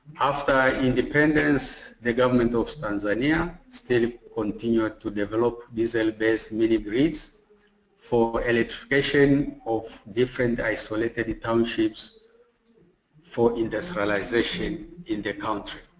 after independence, the government of tanzania still continued to develop diesel based mini grids for electrification of different isolated isolated townships for industrialization in the country.